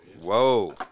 Whoa